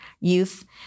youth